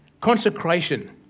Consecration